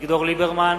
אביגדור ליברמן,